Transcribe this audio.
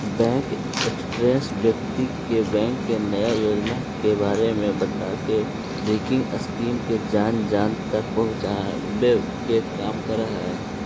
bank agent व्यक्ति के bank के नया योजना के बारे में बताके बैंकिंग स्कीम के जन जन तक पहुंचावे के काम करऽ हइ